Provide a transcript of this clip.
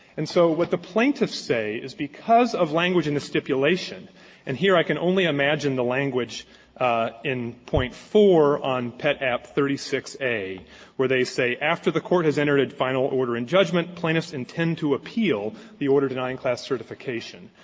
and so what the plaintiffs say is because of language in the stipulation and here i can only imagine the language in point four on pet. app. thirty six a where they say after the court has entered final order and judgment, plaintiffs intend to appeal the order denying class certification.